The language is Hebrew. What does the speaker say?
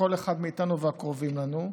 כל אחד מאיתנו והקרובים לנו.